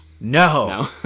No